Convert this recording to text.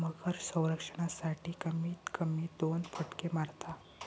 मगर संरक्षणासाठी, कमीत कमी दोन फटके मारता